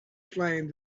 flame